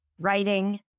writing